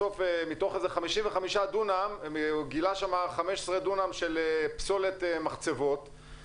בסוף מתוך 55 דונם הוא גילה שם 15 דונם של פסולת מחצבות,